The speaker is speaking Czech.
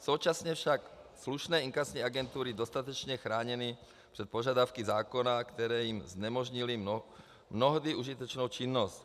Současně však slušné inkasní agentury dostatečně chráněny před požadavky zákona, které jim znemožnily mnohdy užitečnou činnost.